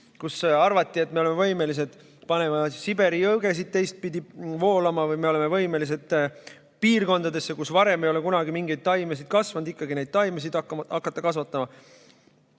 kus arvati, et me oleme võimelised panema Siberi jõgesid teistpidi voolama või me oleme võimelised piirkondades, kus varem ei ole kunagi mingeid taimesid kasvanud, hakata taimesid kasvatama.